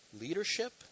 leadership